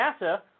NASA